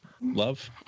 love